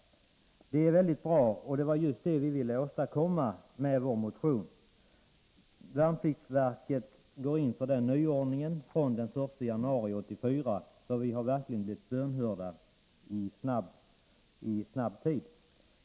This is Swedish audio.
Det är mycket bra, och det var just vad vi ville åstadkomma med vår motion. Värnpliktsverket går in för den nyordningen från den 1 januari 1984, så vi blir verkligen bönhörda snabbt.